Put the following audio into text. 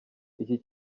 iki